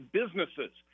businesses